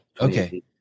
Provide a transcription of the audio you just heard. Okay